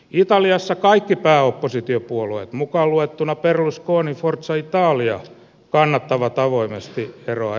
italiassa kaikki pääoppositiopuolue mukaaluettuna berlusconin forza italia kannattavat avoimesti veroa